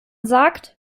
sagt